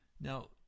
Now